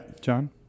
John